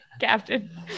captain